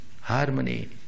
harmony